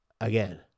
again